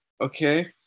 okay